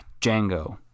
Django